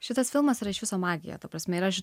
šitas filmas yra iš viso magija ta prasme ir aš